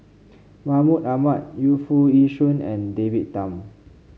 Mahmud Ahmad Yu Foo Yee Shoon and David Tham